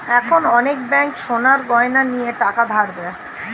এখন অনেক ব্যাঙ্ক সোনার গয়না নিয়ে টাকা ধার দেয়